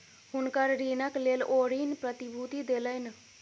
हुनकर ऋणक लेल ओ ऋण प्रतिभूति देलैन